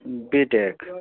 B tech